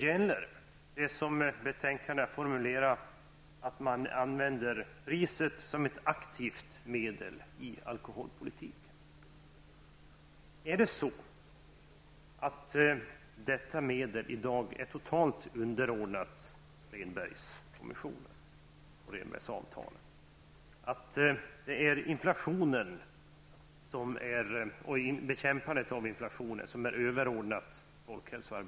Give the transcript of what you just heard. Gäller det som står i betänkandet om att man skall använda priset som ett aktivt medel i alkoholpolitiken? Är detta medel i dag totalt underordnat Rehnbergsavtalen? Är bekämpandet av inflationen överordnat också folkhälsan?